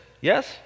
Yes